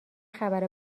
خبر